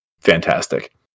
fantastic